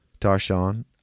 Tarshan